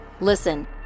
Listen